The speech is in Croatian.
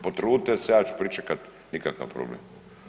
Potrudite se ja ću pričekati, nikakav problem.